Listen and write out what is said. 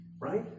right